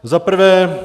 Za prvé.